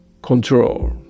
control